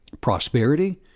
prosperity